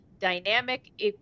dynamic